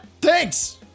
Thanks